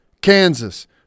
Kansas